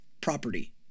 property